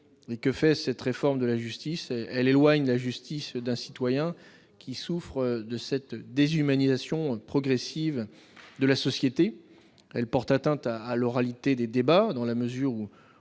» Que fait cette réforme de la justice ? Elle éloigne la justice d'un citoyen qui souffre de cette déshumanisation progressive de la société. Elle porte atteinte à l'oralité des débats dans la mesure où